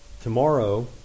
tomorrow